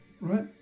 right